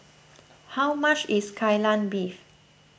how much is Kai Lan Beef